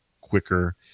quicker